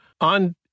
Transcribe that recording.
on